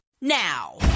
now